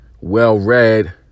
well-read